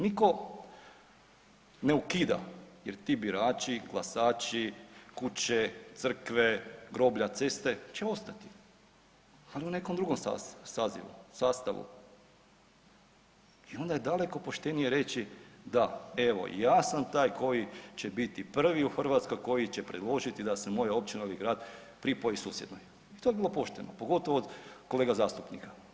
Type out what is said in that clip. Niko ne ukida jer ti birači, glasači, kuće, crkve, groblja, ceste će ostati, ali u nekom drugom sastavu i onda je daleko poštenije reći, da evo ja sam taj koji će biti prvi u Hrvatskoj koji će predložiti da se moja općina ili grad pripoji susjednoj i to bi bilo pošteno, pogotovo od kolega zastupnika.